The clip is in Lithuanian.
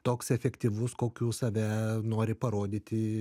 toks efektyvus kokiu save nori parodyti